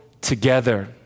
together